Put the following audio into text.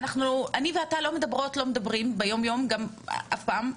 אני ואתה לא מדברות לא מדברים ביום יום אף פעם,